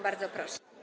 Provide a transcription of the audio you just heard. Bardzo proszę.